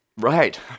Right